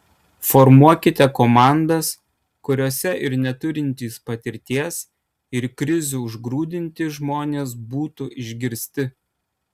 formuokite komandas kuriose ir neturintys patirties ir krizių užgrūdinti žmonės būtų išgirsti